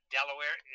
Delaware